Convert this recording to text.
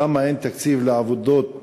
למה אין תקציב לעבודות